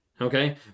Okay